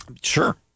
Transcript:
Sure